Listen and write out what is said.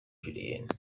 julienne